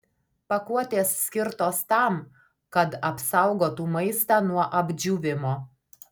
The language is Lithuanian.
pakuotės skirtos tam kad apsaugotų maistą nuo apdžiūvimo